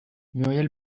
muriel